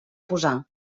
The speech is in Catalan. posar